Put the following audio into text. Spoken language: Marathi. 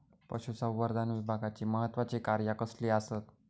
पशुसंवर्धन विभागाची महत्त्वाची कार्या कसली आसत?